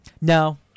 No